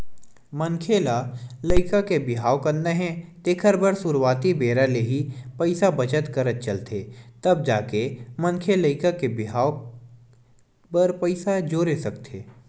मनखे ल लइका के बिहाव करना हे तेखर बर सुरुवाती बेरा ले ही पइसा बचत करत चलथे तब जाके मनखे लइका के बिहाव बर पइसा जोरे सकथे